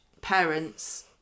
parent's